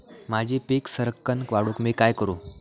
माझी पीक सराक्कन वाढूक मी काय करू?